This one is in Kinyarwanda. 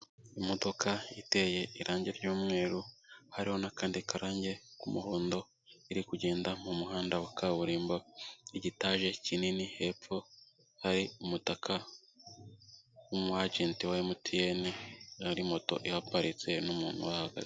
Imodoka iteye irange ry'umweru hariho n'akandi karange ku muhondo, iri kugenda mu muhanda wa kaburimbo, igitaje kinini hepfo hari umutaka w'umu ajenti wa Emutiyeni hari moto iparitse n'umuntu uhahagaze.